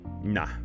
nah